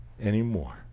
anymore